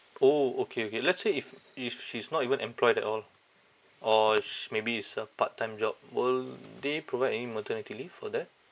orh okay okay let's say if if she's not even employed at all or sh~ maybe is a part time job will they provide any maternity leave for that